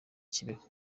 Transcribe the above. kibeho